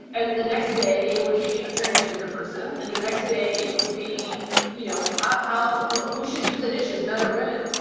and the next day it would be a transgender person, and the next day it would be you know ah who should do the dishes, men or women?